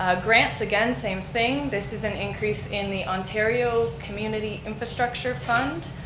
ah grants, again, same thing, this is an increase in the ontario community infrastructure fund.